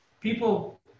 people